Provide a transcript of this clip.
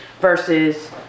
Versus